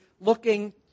looking